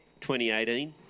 2018